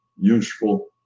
useful